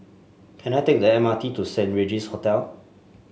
can I take the M R T to Saint Regis Hotel